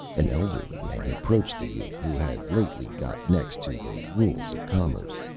an elderly man approached the youth who had lately got next to the rules of commerce.